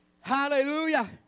Hallelujah